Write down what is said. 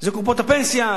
זה קופות הפנסיה,